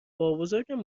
بابابزرگم